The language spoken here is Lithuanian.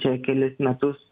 čia kelis metus